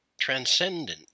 transcendent